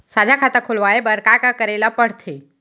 साझा खाता खोलवाये बर का का करे ल पढ़थे?